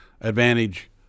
advantage